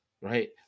right